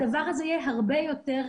הדבר הזה יהיה הרבה יותר